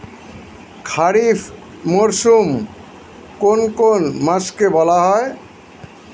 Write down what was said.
খারিফ মরশুম কোন কোন মাসকে বলা হয়?